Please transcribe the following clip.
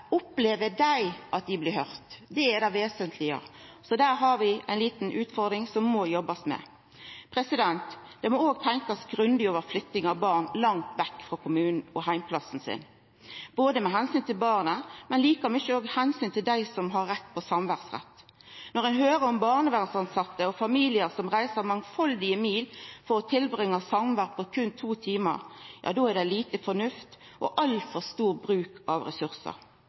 opplever dei at dei blir høyrde? Det er det vesentlege. Der har vi ei lita utfordring som vi må jobba med. Det må òg bli tenkt grundig over flytting av barn langt vekk frå kommunen deira og heimplassen deira, av omsyn både til barnet og til dei som har rett på samvær. Når ein høyrer om barnevernstilsette og familiar som reiser mange mil for å ha eit samvær på berre to timar, er det lite fornuft og altfor stor bruk av ressursar.